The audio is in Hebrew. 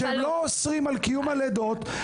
-- שלא אוסרים על קיום הלידות.